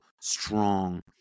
strong